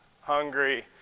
hungry